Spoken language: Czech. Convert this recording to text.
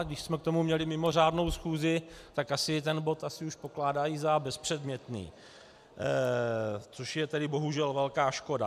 Ale když jsme k tomu měli mimořádnou schůzi, tak asi ten bod už pokládají za bezpředmětný, což je tedy bohužel velká škoda.